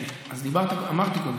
אז אמרתי קודם,